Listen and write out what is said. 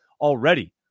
already